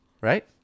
Right